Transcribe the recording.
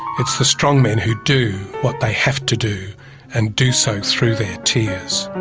it's the strong men who do what they have to do and do so through their tears